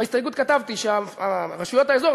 ובהסתייגות כתבתי שרשויות האזור,